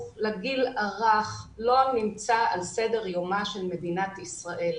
לגיל הרך לא נמצא על סדר יומה של מדינת ישראל.